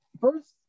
First